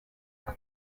nta